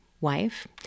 wife